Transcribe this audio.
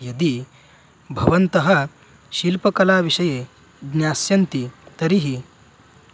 यदि भवन्तः शिल्पकलाविषये ज्ञास्यन्ति तर्हि